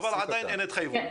עדיין אין התחייבות.